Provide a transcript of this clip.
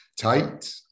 tight